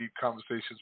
conversations